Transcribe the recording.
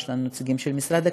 יש לנו נציגים של משרד הקליטה,